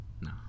No